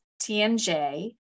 TNJ